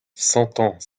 sentant